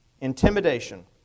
Intimidation